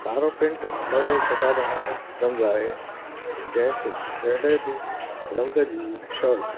कारो पैंट अहिड़ो सदाबहार रंगु आहे जंहिं ते कहिड़े बि रंगु जी शर्ट